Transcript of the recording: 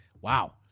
wow